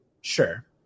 Sure